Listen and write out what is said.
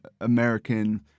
American